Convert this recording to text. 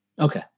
Okay